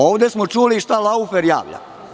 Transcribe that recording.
Ovde smo čuli šta „Laufer“ javlja.